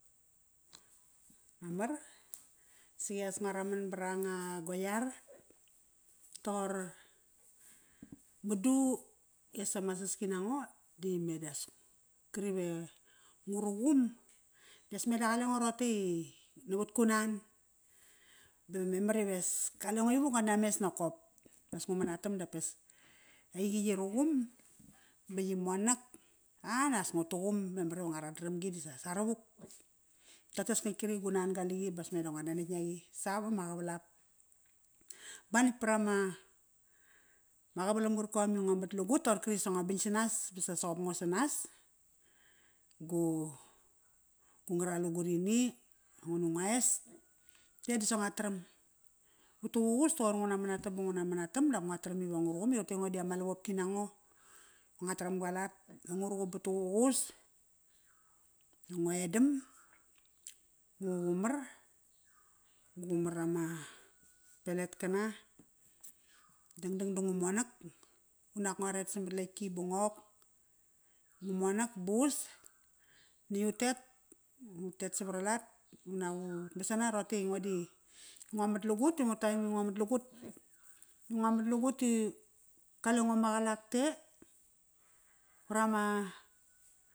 Mamar, sias nga raman barangaga iar. Toqor madu i as ama saski nango di me das kri ve ngu ruqum dias meda qalengo roqote i navat ku nan. Bawa memar ives kale ngo ivuk nguat names nokop. Pas ngumanatam dapes aiqi yi ruqum ba yi monak. A naqas ngu tuqum, memar i va nguarat naramgi disa savaruk. Totes ngitkri gu nan qaliqi bas me da ngo nanetk naqi sap ama qavalap. Ba natk parama qavalam qarkom i ngo mat lagut toqorkri sa ngo bing sanas ba sa soqop ngo sanes. Gu ngara lugurini ngu na nguanes. E disa ngua taram. Vatuququs ta qoir nguna manatam ba nguna manatam dap ngua taram iva ngu ruqum i roqote ngo di ama lavopki nango. Ngua taram gua lat. Va nguruqum vatuququs, ngoedam, ngu qumar, ngu qumar ama peletkana, dangdang da ngu monak, unak ngua ret samat letki ba ngok. Ngu monak ba us, natk utet, utet savaralat. Unak ut masana i roqote i ngo di ngo matlagut ti talem ngo i matlagut, ngo matlagut it qale ngo maqalale te para ma